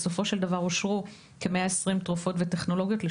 ובסופו של דבר אושרו כ-120 תרופות וטכנולוגיות,